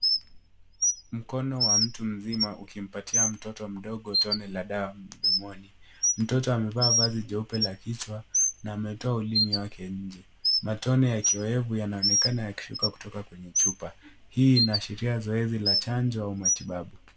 Mkono wa mtu mzima ukimpatia mtoto mdogo tone la dawa mdomoni. Mtoto amevaa vazi jeupe la kichwa na ametoa ulimi wake nje. Matone ya kiowevu yanaonekana yakimwagika kutoka kwenye chupa. Hii inaashiria zoezi la chanjo au matibabu.